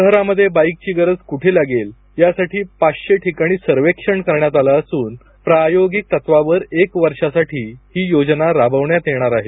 शहरामध्ये बाईकची गरज कूठे लागेल यासाठी पाचशे ठिकाणी सर्वेक्षण करण्यात आलं असून प्रायोगिक तत्वावर एक वर्षासाठी ही योजना राबवण्यात येणार आहे